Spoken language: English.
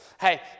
hey